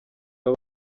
baba